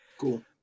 Cool